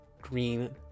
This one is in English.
green